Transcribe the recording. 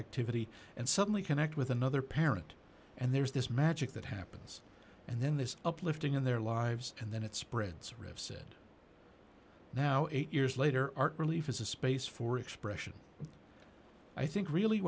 activity and suddenly connect with another parent and there's this magic that happens and then this uplifting in their lives and then it spreads rifs it now eight years later art relief is a space for expression i think really